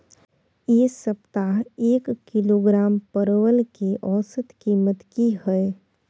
ऐ सप्ताह एक किलोग्राम परवल के औसत कीमत कि हय?